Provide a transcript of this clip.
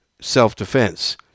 self-defense